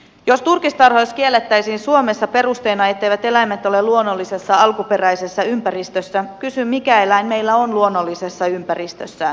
jos turkistarhaus kiellettäisiin suomessa perusteena se etteivät eläimet ole luonnollisessa alkuperäisessä ympäristössä kysyn mikä eläin meillä on luonnollisessa ympäristössään